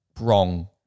wrong